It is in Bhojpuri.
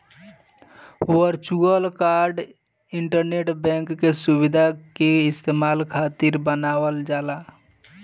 वर्चुअल कार्ड इंटरनेट बैंक के सुविधा के इस्तेमाल खातिर बनावल जाला